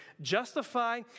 justify